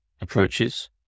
approaches